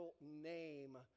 name